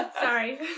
Sorry